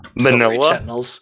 Manila